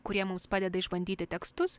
kurie mums padeda išbandyti tekstus